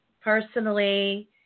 personally